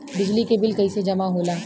बिजली के बिल कैसे जमा होला?